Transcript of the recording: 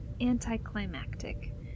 anticlimactic